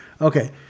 Okay